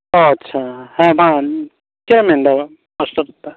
ᱟᱪᱪᱷᱟ ᱦᱮᱸ ᱢᱟ ᱪᱮᱫ ᱮᱢ ᱢᱮᱱᱮᱫᱟ